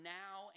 now